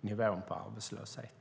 nivån på arbetslösheten.